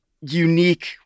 unique